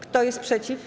Kto jest przeciw?